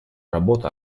работа